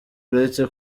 uretse